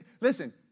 listen